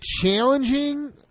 challenging